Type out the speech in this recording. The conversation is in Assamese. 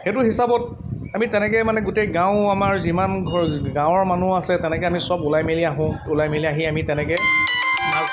সেইটো হিচাপত আমি তেনেকৈ মানে গোটেই গাঁও আমাৰ যিমান ঘ গাঁৱৰ মানুহ আছে তেনেকৈ আমি চব ওলাই মেলি আহোঁ ওলাই মেলি আহি আমি তেনেকৈ